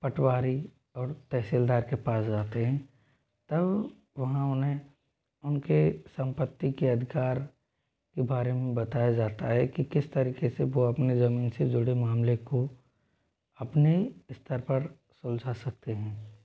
पटवारी और तहसीलदार के पास जाते हैं तब वहाँ उन्हें उन के संपत्ति के अधिकार के बारे में बताया जाता है कि किस तरीके से वो अपने जमीन से जुड़े मामले को अपने स्तर पर सुलझा सकते हैं